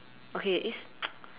okay it's